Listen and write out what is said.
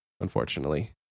unfortunately